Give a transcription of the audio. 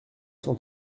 cent